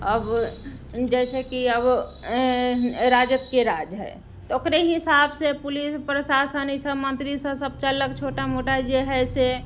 अब जैसेकि आब राजद के राज हइ तऽ ओकरे हिसाबसँ पुलिस प्रशासन ईसभ मन्त्रीसभ चललक छोटा मोटा जे हइ से